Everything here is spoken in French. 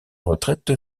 retraite